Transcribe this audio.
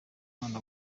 mpano